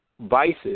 vices